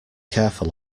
careful